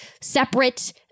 separate